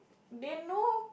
they know